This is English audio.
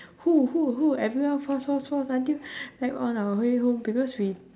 who ah who ah who ah everyone force force force until like on our way home because we